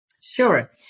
Sure